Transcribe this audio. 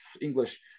English